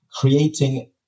creating